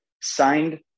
signed